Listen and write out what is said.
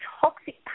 toxic